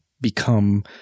become